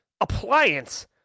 appliance